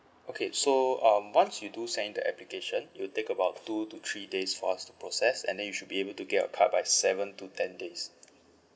okay so um once you do send in the application it'll take about two to three days for us to process and then you should be able to get your card by seven to ten days